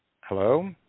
Hello